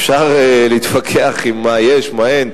אפשר להתווכח עם מה יש ומה אין.